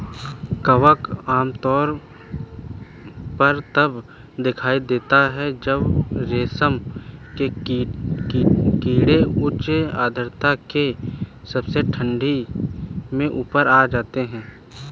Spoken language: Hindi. कवक आमतौर पर तब दिखाई देता है जब रेशम के कीड़े उच्च आर्द्रता के साथ ठंडी में उठाए जाते हैं